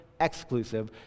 exclusive